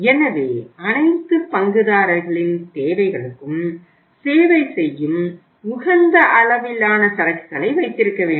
எனவே அனைத்து பங்குதாரர்களின் தேவைகளுக்கும் சேவை செய்யும் உகந்த அளவிலான சரக்குகளை வைத்திருக்க வேண்டும்